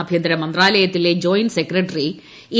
ആഭ്യന്തര മന്ത്രാലയത്തിലെ joint secretary A